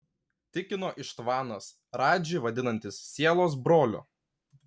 tikino ištvanas radžį vadinantis sielos broliu